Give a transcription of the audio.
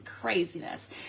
Craziness